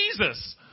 Jesus